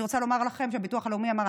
אני רוצה לומר לכם שהביטוח הלאומי אמר: